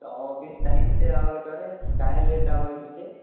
तऽ ऑफिस टाइमसँ आवल करै काहे लेट आबै छियै